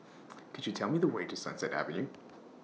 Could YOU Tell Me The Way to Sunset Avenue